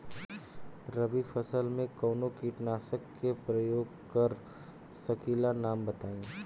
रबी फसल में कवनो कीटनाशक के परयोग कर सकी ला नाम बताईं?